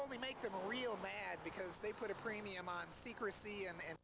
only make them real mad because they put a premium on secrecy and a